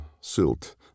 silt